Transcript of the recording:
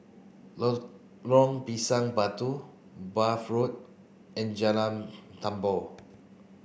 Pisang Batu Bath Road and Jalan Tambur